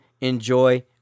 Enjoy